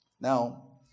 Now